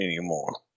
anymore